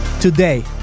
today